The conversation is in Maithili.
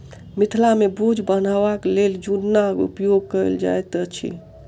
मिथिला मे बोझ बन्हबाक लेल जुन्नाक उपयोग कयल जाइत अछि